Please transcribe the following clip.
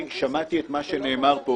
שמעתי את מה שנאמר פה